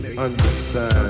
Understand